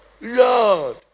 lord